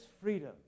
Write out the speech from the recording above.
freedom